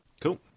Cool